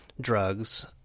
drugs